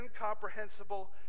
incomprehensible